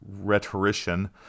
rhetorician